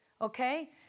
okay